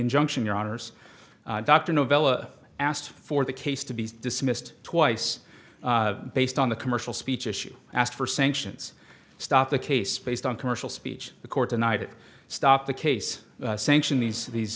injunction your honour's dr novella asked for the case to be dismissed twice based on the commercial speech issue asked for sanctions stop the case based on commercial speech the court denied it stopped the case sanction these these